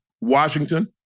Washington